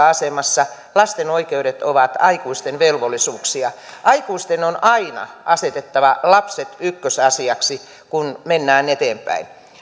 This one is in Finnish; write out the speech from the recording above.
asemassa lasten oikeudet ovat aikuisten velvollisuuksia aikuisten on aina asetettava lapset ykkösasiaksi kun mennään eteenpäin